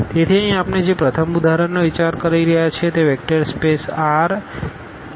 તેથી અહીં આપણે જે પ્રથમ ઉદાહરણનો વિચાર કરી રહ્યા છીએ તે વેક્ટર સ્પેસR n ઉપર R